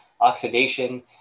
oxidation